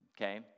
okay